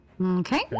Okay